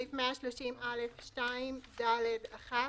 (ח)סעיף 130(א)(2), (ד)(1)